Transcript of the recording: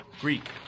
Greek